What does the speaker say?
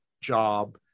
job